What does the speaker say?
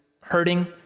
hurting